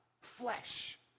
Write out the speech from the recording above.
flesh